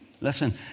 Listen